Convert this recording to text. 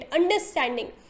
understanding